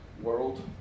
world